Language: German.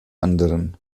anderen